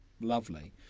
Lovely